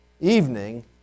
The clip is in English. evening